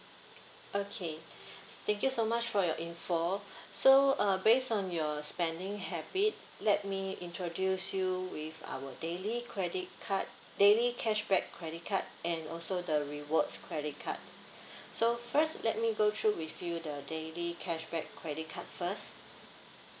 okay thank you so much for your info so uh based on your spending habit let me introduce you with our daily credit card daily cashback credit card and also the reward's credit card so first let me go through with you the daily cashback credit card first